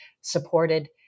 supported